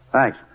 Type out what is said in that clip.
Thanks